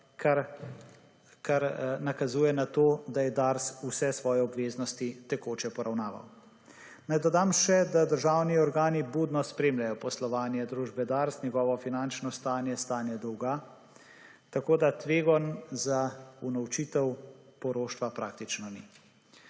kar nakazuje na to, da je Dars vse svoje obveznosti tekoče poravnaval. Naj dodam še, da državni organi budno spremljajo poslovanje družbe Dars, njegovo finančno stanje, stanje dolga, tako da tveganj za unovčitev poroštva praktično ni.